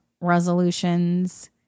resolutions